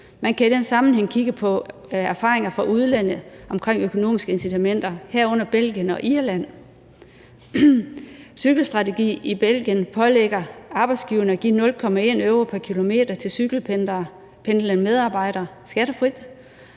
Man kan i den sammenhæng kigge på erfaringer med økonomiske incitamenter fra udlandet, herunder Belgien og Irland. Cykelstrategien i Belgien pålægger arbejdsgiverne at give 0,1 euro pr. kilometer til cykelpendlende medarbejdere skattefrit,